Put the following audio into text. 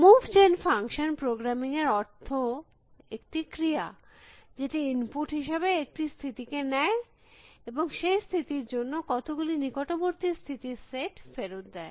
move gen function programming এর অর্থে একটি ক্রিয়া যেটি ইনপুট হিসাবে একটি স্থিতি কে নেয় এবং সেই স্থিতির জন্য কতগুলি নিকটবর্তী স্থিতির সেট ফেরত দেয়